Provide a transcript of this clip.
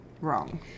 Wrong